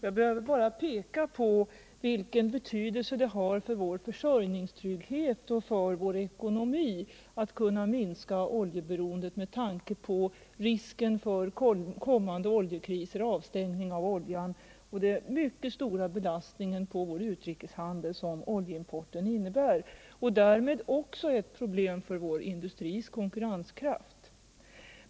Jag behöver bara peka på vilken betydelse det har för vår försörjningstrygghet och för vår ekonomi att kunna minska oljeberoendet med tanke på risken för kommande oljekriser, med avstängning av oljan, och den mycket stora belastning på vår utrikeshandel som oljeimporten innebär; den är därmed också ett problem för vår industris konkurrenskraft.